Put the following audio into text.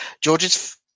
Georges